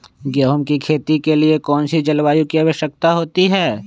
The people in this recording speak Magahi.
गेंहू की खेती के लिए कौन सी जलवायु की आवश्यकता होती है?